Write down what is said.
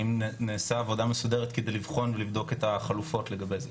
האם נעשה עבודה מסודרת כדי לבחון ולבדוק את החלופות לגבי זה.